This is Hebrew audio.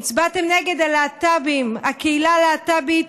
הצבעתם נגד הקהילה הלהט"בית,